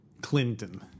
clinton